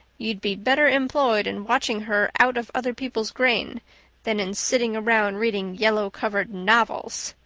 you'd be better employed in watching her out of other people's grain than in sitting round reading yellow-covered novels.